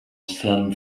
sand